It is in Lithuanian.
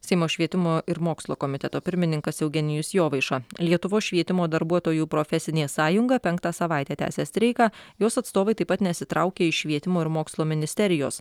seimo švietimo ir mokslo komiteto pirmininkas eugenijus jovaiša lietuvos švietimo darbuotojų profesinė sąjunga penktą savaitę tęsia streiką jos atstovai taip pat nesitraukia iš švietimo ir mokslo ministerijos